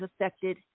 affected